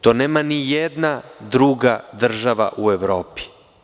To nema ni jedna druga država u Evropi.